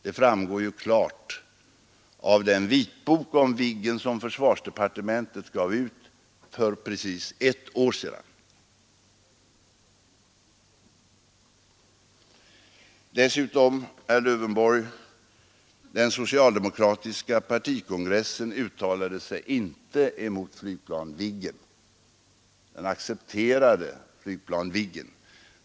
Det framgår klart av den vitbok om Viggen, som försvarsdepartementet gav ut för precis ett år sedan. Dessutom vill jag säga, herr Lövenborg, att den socialdemokratiska partikongressen inte uttalade sig mot flygplan Viggen. Den accepterade Viggen.